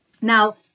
Now